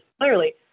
clearly